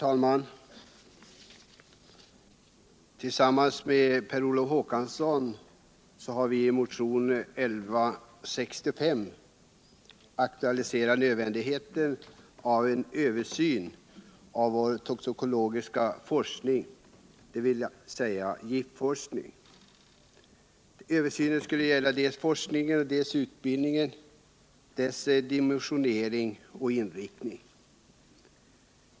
Herr talman! Per Olof Håkansson och jag har i motionen 1165 aktualiserat nödvändigheten av en översyn av vår toxikologiska forskning, dvs. giftforskning. Översynen skulle avse forskningens och utbildningens dimensionering och inriktning.